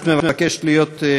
אני מבקשת, את מבקשת להיות אחרי.